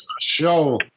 show